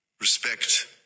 respect